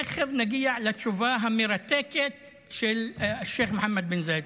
תכף נגיע לתשובה המרתקת של השייח' מוחמד בן זאיד.